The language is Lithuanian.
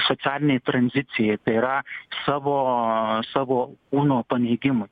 socialiniei tranzicijai tai yra savo savo kūno paneigimui